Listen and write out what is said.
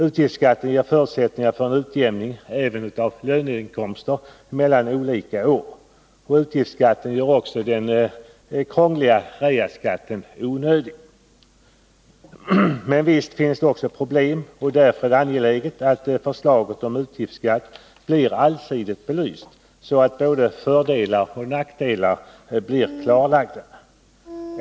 Utgiftsskatten ger förutsättningar för en utjämning även av löneinkomster mellan olika år. Utgiftsskatten gör också den krångliga reaskatten onödig. Men visst finns det också problem. Därför är det angeläget att förslaget om utgiftsskatt blir allsidigt belyst, så att både föroch nackdelar blir klarlagda.